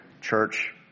church